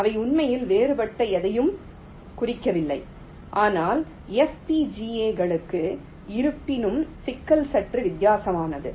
அவை உண்மையில் வேறுபட்ட எதையும் குறிக்கவில்லை ஆனால் FPGA களுக்கு இருப்பினும் சிக்கல் சற்று வித்தியாசமானது